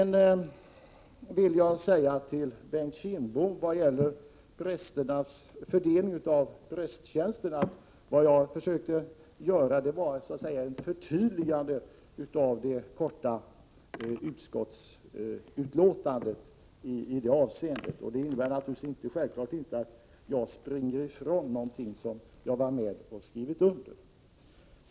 När det gäller fördelning av prästtjänsterna vill jag säga till Bengt Kindbom, att vad jag försökte göra var ett förtydligande av det korta utskottsbetänkandet i det avseendet. Det innebär självfallet inte att jag springer ifrån någonting som jag varit med om att skriva under.